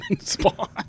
spawn